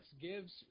gives